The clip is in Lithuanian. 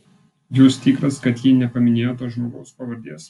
jūs tikras kad ji nepaminėjo to žmogaus pavardės